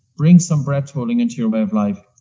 bring some breath-holding into your way of life.